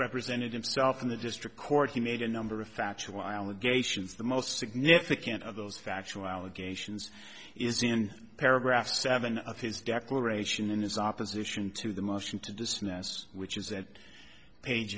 represented himself in the district court he made a number of factual allegations the most significant of those factual allegations is in paragraph seven of his declaration and his opposition to the motion to dismiss which is that page